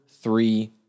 Three